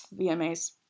VMAs